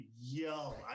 yell